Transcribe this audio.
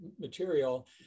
material